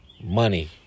money